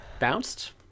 bounced